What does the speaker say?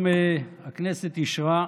גם הצעת